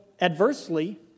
adversely